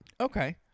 Okay